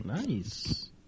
Nice